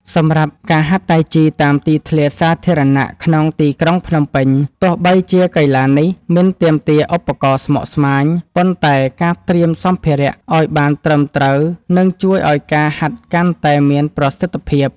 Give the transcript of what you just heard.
សម្រាប់ការហាត់តៃជីតាមទីធ្លាសាធារណៈក្នុងទីក្រុងភ្នំពេញ ទោះបីជាកីឡានេះមិនទាមទារឧបករណ៍ស្មុគស្មាញ ប៉ុន្តែការត្រៀមសម្ភារៈឱ្យបានត្រឹមត្រូវនឹងជួយឱ្យការហាត់កាន់តែមានប្រសិទ្ធភាព។